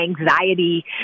anxiety